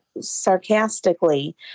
sarcastically